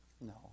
no